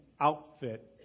outfit